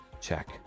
check